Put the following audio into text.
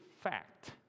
fact